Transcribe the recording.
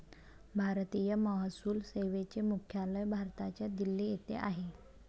भारतीय महसूल सेवेचे मुख्यालय भारताच्या दिल्ली येथे आहे